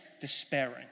despairing